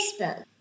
Facebook